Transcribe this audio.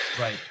Right